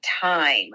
time